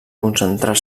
concentrar